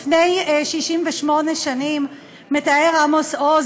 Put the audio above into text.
לפני 68 שנים מתאר עמוס עוז,